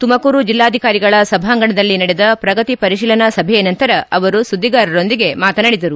ತುಮಕೂರು ಜೆಲ್ಲಾಧಿಕಾರಿಗಳ ಸಭಾಂಗಣದಲ್ಲಿ ನಡೆದ ಪ್ರಗತಿ ಪರಿತೀಲನಾ ಸಭೆಯ ನಂತರ ಅವರು ಸುದ್ದಿಗಾರರೊಂದಿಗೆ ಮಾತನಾಡಿದರು